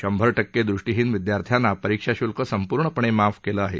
शंभर टक्के दृष्टीहीन विद्यार्थ्यांना परीक्षा शुल्क संपूर्णपणे माफ केलं आहे